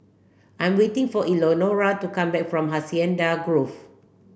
I'm waiting for Elenora to come back from Hacienda Grove